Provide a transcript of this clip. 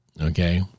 Okay